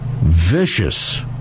vicious